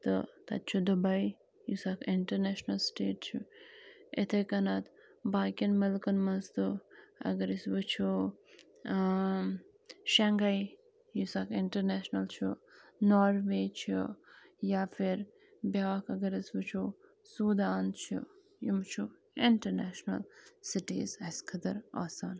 تہٕ تَتہِ چھُ دُبٔی یُس اَکھ اِنٹَرنیشنَل سِٹیٹ چھُ یِتھٔے کٔنۍ باقین مُلکَن منٛز تہٕ اَگر أسۍ وُچھُو ٲں شنٛگٔے یُس اَکھ انٹرنیشنل چھُ ناروے چھُ یا پھر بیٛاکھ اَگر أسۍ وُچھُو سودان چھُ یِم چھِ انٹرنیشنل سِٹیٖز اسہِ خٲطرٕ آسان